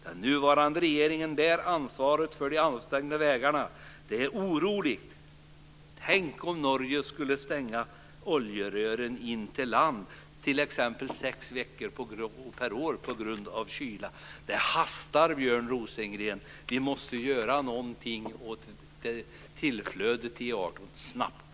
Den nuvarande regeringen bär ansvaret för de avstängda vägarna. Det är oroligt. Tänk om Norge t.ex. skulle stänga oljerören in till land i sex veckor per år på grund av kyla! Det hastar, Björn Rosengren! Vi måste göra någonting åt tillflödet till E 18 snabbt.